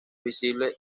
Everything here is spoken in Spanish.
visible